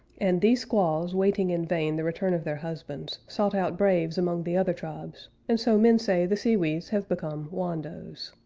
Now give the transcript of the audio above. and these squaws, waiting in vain the return of their husbands, sought out braves among the other tribes, and so men say the sewees have become wandos.